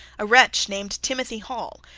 a wretch named timothy hall,